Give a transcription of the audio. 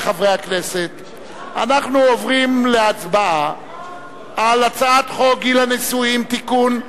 אנחנו עוברים להצבעה על הצעת חוק גיל הנישואין (תיקון,